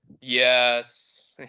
Yes